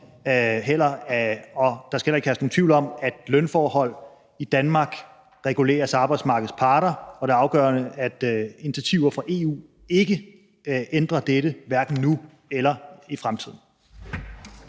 og der skal heller ikke herske nogen tvivl om, at lønforhold i Danmark reguleres af arbejdsmarkedets parter, og det er afgørende, at initiativer fra EU ikke ændrer dette, hverken nu eller i fremtiden.